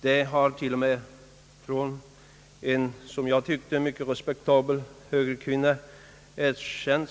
Detta erkändes av en, som jag tycker, mycket respektabel högerkvinna